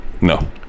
No